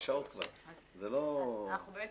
באמת מעריכים,